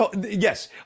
yes